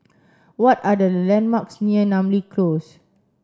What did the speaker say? what are the landmarks near Namly Close